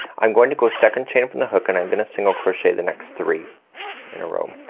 i'm going to go second chain from the hook, and i'm gonna single crochet the next three in a row.